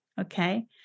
okay